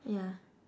ya